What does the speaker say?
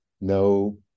no